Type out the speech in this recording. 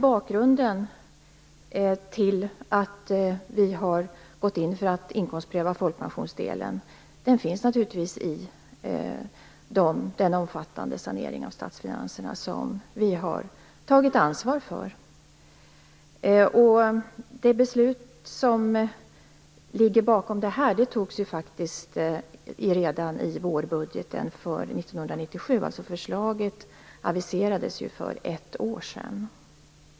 Bakgrunden till att vi har gått in för att inkomstpröva folkpensionsdelen finns naturligtvis i den omfattande sanering av statsfinanserna som vi har tagit ansvar för. Det beslut som ligger bakom detta fattades redan i vårbudgeten för 1997, dvs. förslaget aviserades för ett år sedan.